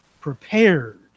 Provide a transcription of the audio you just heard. prepared